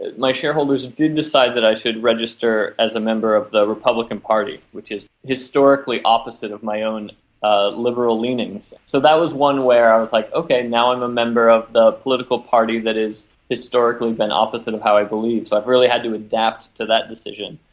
and my shareholders did decide that i should register as a member of the republican party, which is historically opposite of my own ah liberal leanings. so that was one where i was, like, okay, now i'm a member of the political party that has historically been opposite of how i believe. so i've really had to adapt to that decision.